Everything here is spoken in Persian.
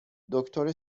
دکتر